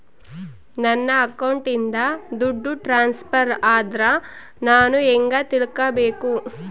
ನನ್ನ ಅಕೌಂಟಿಂದ ದುಡ್ಡು ಟ್ರಾನ್ಸ್ಫರ್ ಆದ್ರ ನಾನು ಹೆಂಗ ತಿಳಕಬೇಕು?